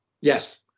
Yes